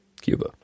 Cuba